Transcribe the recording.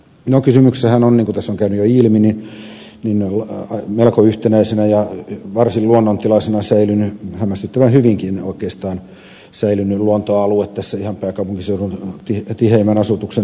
kysymyksessähän on niin kuin tässä on käynyt jo ilmi melko yhtenäisenä ja varsin luonnontilaisena säilynyt hämmästyttävän hyvinkin oikeastaan säilynyt luontoalue tässä ihan pääkaupunkiseudun tiheimmän asutuksen tuntumassa